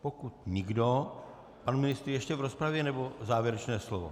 Pokud nikdo pan ministr ještě v rozpravě, nebo závěrečné slovo?